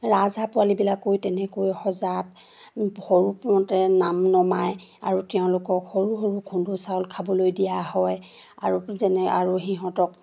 ৰাজহাঁহ পোৱালিবিলাকো তেনেকৈ সজাত সৰুতে নাম নমাই আৰু তেওঁলোকক সৰু সৰু খুন্দো চাউল খাবলৈ দিয়া হয় আৰু যেনে আৰু সিহঁতক